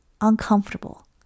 uncomfortable